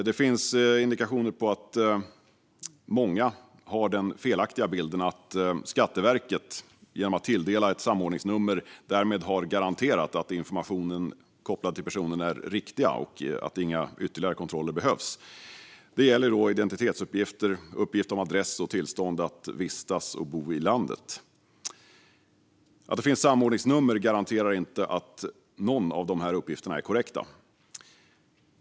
Det finns indikationer på att många har den felaktiga bilden att Skatteverket, genom att tilldela ett samordningsnummer, har garanterat att informationen kopplad till personen är riktig och att inga ytterligare kontroller behövs. Det gäller identitetsuppgifter, uppgift om adress samt tillstånd att vistas och bo i landet. Att det finns samordningsnummer garanterar inte att någon av dessa uppgifter är korrekt.